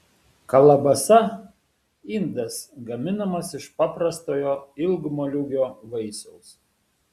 kalabasa indas gaminamas iš paprastojo ilgmoliūgio vaisiaus